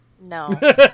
No